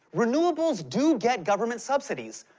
renewables do get government subsidies,